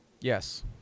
Yes